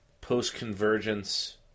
post-convergence